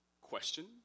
question